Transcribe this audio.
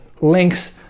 links